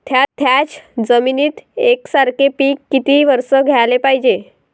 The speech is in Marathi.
थ्याच जमिनीत यकसारखे पिकं किती वरसं घ्याले पायजे?